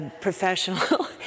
professional